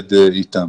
שעובד אתם.